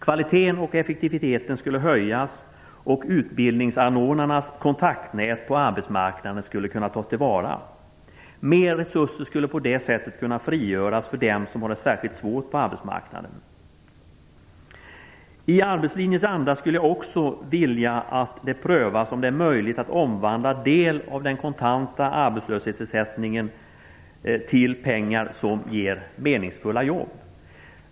Kvaliteten och effektiviteten skulle höjas, och utbildningsanordnarnas kontaktnät på arbetsmarknaden skulle kunna tas till vara. Mer resurser skulle på det sättet kunna frigöras för dem som har det särskilt svårt på arbetsmarknaden. I arbetslinjens anda skulle jag också vilja att det prövas om det är möjligt att omvandla del av den kontanta arbetslöshetsersättningen till pengar som ger meningsfulla jobb.